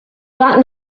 that